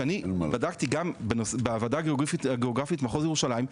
שאני בדקתי גם בוועדה הגיאוגרפית מחוז ירושלים,